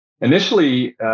initially